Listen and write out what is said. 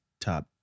top